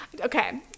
Okay